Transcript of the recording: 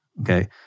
okay